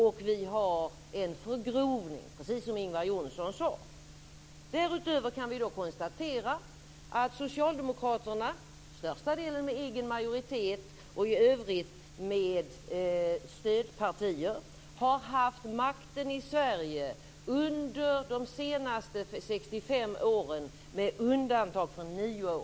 Och vi har fått en förgrovning, precis som Ingvar Därutöver kan vi konstatera att Socialdemokraterna, till största delen med egen majoritet och i övrigt med hjälp av stödpartier, har haft makten i Sverige under de senaste 65 åren med undantag för 9 år.